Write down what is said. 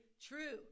true